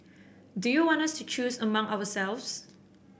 do you want us to choose among ourselves